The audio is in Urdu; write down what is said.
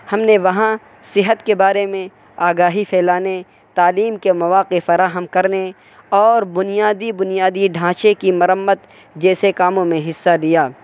ہم نے وہاں صحت کے بارے میں آگاہی پھیلانے تعلیم کے مواقع فراہم کرنے اور بنیادی بنیادی ڈھانچے کی مرمت جیسے کاموں میں حصہ دیا